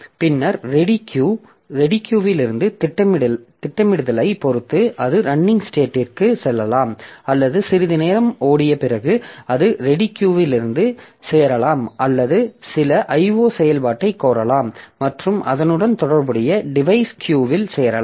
பின்னர் ready queue இல் இருந்து திட்டமிடுதலைப் பொறுத்து அது ரன்னிங் ஸ்டேட்டிற்கு செல்லலாம் அல்லது சிறிது நேரம் ஓடிய பிறகு அது ரெடி கியூ இல் சேரலாம் அல்லது சில IO செயல்பாட்டைக் கோரலாம் மற்றும் அதனுடன் தொடர்புடைய டிவைஸ் கியூஇல் சேரலாம்